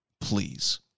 Please